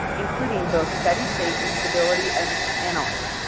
including both steady-state and stability and analysis.